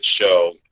show